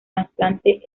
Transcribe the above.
trasplantes